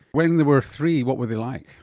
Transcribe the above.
when they were three, what were they like?